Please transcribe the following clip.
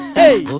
hey